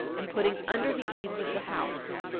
and putting under the eaves of the house.